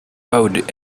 owed